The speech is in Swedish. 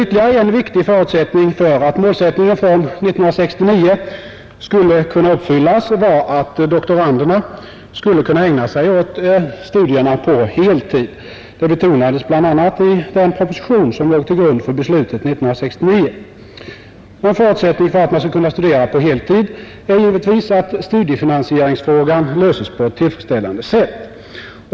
Ytterligare en viktig förutsättning för att målsättningen från 1969 skulle kunna uppfyllas var att doktoranderna kunde ägna sig åt studierna på heltid. Det betonades bl.a. i den proposition som låg till grund för beslutet 1969. Och en förutsättning för att man skall kunna studera på heltid är givetvis att studiefinansieringsfrågan löses på ett tillfredsställande sätt.